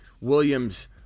Williams